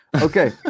Okay